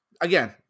again